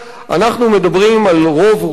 אנחנו מדברים על רוב רובם,